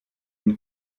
une